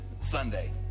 Sunday